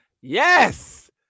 yes